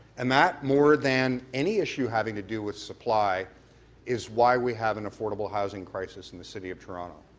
and that more than any issue having to do with supply is why we have an affordable housing crisis in the city of toronto.